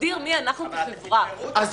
שמגדיר מי אנחנו כחברה -- ס': אז,